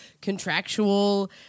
contractual